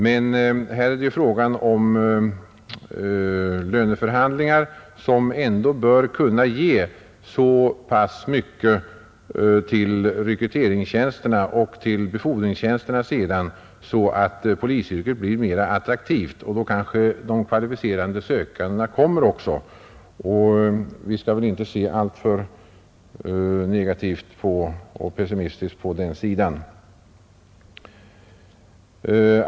Men här är det fråga om löneförhandlingar som ändå bör kunna ge så pass mycket till rekryteringstjänsterna och till befordringstjänsterna så att polisyrket blir mera attraktivt. Då kanske de kvalificerade sökandena kommer. Ni skall väl inte se alltför negativt och pessimistiskt på detta.